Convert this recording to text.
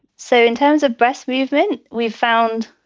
so in terms of best movement, we've found,